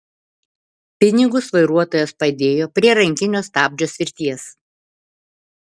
pinigus vairuotojas padėjo prie rankinio stabdžio svirties